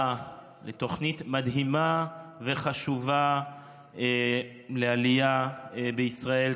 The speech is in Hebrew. לתוכנית מדהימה וחשובה לעלייה בישראל,